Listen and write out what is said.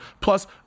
plus